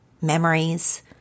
memories